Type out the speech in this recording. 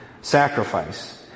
Sacrifice